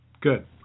good